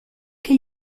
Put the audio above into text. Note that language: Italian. che